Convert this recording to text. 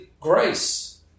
grace